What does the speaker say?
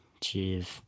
Jeez